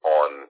on